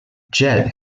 jett